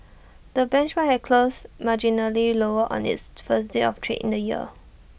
the benchmark had closed marginally lower on its first day of trade in the year